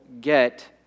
get